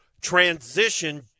transition